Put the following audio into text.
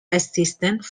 assistance